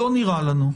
לא נראה לנו,